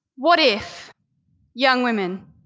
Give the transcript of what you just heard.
what if young women